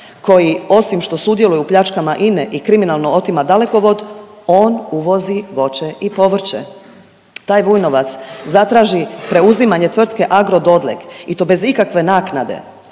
koji osim što sudjeluje u pljačkama INA-e i kriminalno otima Dalekovod on uvozi voće i povrće. Taj Vujnovac zatraži preuzimanje tvrtke Agro Dodlek i to bez ikakve naknade,